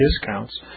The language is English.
discounts